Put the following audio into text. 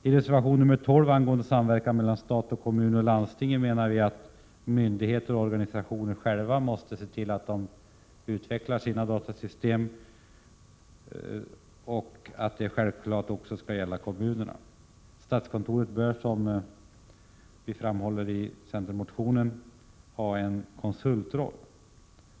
I reservation 12, angående samverkan mellan stat, kommun och landsting, menar vi att myndigheter och organisationer själva måste utveckla sina datasystem, vilket självfallet också gäller kommunerna. Statskontoret bör, som vi framhåller i centermotionen, ha en konsultroll.